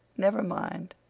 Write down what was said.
never mind!